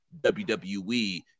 WWE